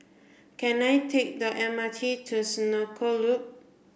can I take the M R T to Senoko Loop